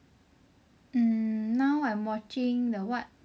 mm now I watching the what